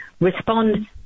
respond